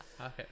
Okay